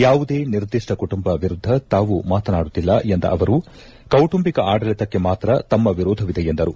ಯಾವುದೇ ನಿರ್ದಿಷ್ಟ ಕುಟುಂಬ ವಿರುದ್ದ ತಾವು ಮಾತನಾಡುತ್ತಿಲ್ಲ ಎಂದ ಅವರು ಕೌಟುಂಬಿಕ ಆಡಳಿತಕ್ಕೆ ಮಾತ್ರ ತಮ್ನ ವಿರೋಧವಿದೆ ಎಂದರು